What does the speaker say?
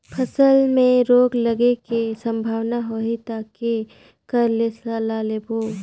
फसल मे रोग लगे के संभावना होही ता के कर ले सलाह लेबो?